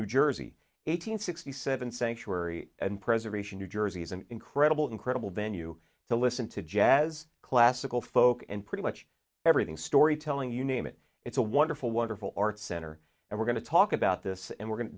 new jersey eight hundred sixty seven sanctuary and preservation new jersey's an incredible incredible venue to listen to jazz classical folk and pretty much everything storytelling you name it it's a wonderful wonderful arts center and we're going to talk about this and we're going to